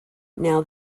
now